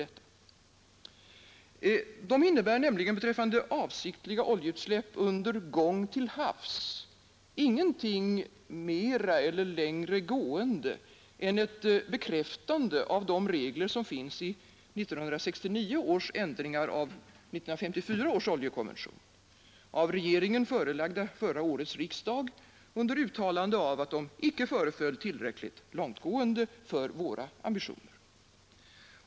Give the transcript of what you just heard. De innebär beträffande avsiktliga oljeutsläpp under gång till havs ingenting längre gående än ett bekräftande av de regler som finns i 1969 års ändringar av 1954 års oljekonvention — av regeringen förelagda förra årets riksdag under uttalande av att de icke föreföll tillräckligt långtgående för våra ambitioner.